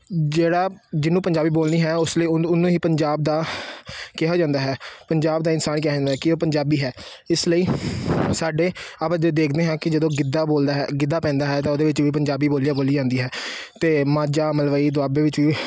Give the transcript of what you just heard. ਜਿਹੜਾ ਜਿਹਨੂੰ ਪੰਜਾਬੀ ਬੋਲਣੀ ਹੈ ਉਸ ਲਈ ਉਹਨੂੰ ਉਹਨੂੰ ਹੀ ਪੰਜਾਬ ਦਾ ਕਿਹਾ ਜਾਂਦਾ ਹੈ ਪੰਜਾਬ ਦਾ ਇਨਸਾਨ ਕਿਹਾ ਜਾਂਦਾ ਕਿ ਉਹ ਪੰਜਾਬੀ ਹੈ ਇਸ ਲਈ ਸਾਡੇ ਆਪਦੇ ਦ ਦੇਖਦੇ ਹਾਂ ਕਿ ਜਦੋਂ ਗਿੱਧਾ ਬੋਲਦਾ ਹੈ ਗਿੱਧਾ ਪੈਂਦਾ ਹੈ ਤਾਂ ਉਹਦੇ ਵਿੱਚ ਵੀ ਪੰਜਾਬੀ ਬੋਲੀਆਂ ਬੋਲੀ ਜਾਂਦੀ ਹੈ ਅਤੇ ਮਾਝਾ ਮਲਵਈ ਦੁਆਬੇ ਵਿੱਚ ਵੀ